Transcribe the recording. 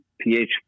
ph